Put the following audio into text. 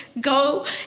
go